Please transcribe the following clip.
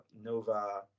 Nova